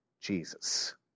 Jesus